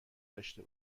داشته